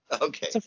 Okay